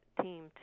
team